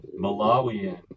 malawian